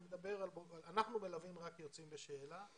אנחנו מלווים רק יוצאים בשאלה.